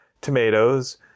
tomatoes